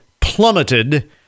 plummeted